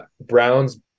browns